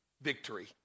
victory